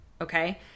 Okay